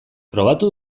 probatu